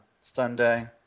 Sunday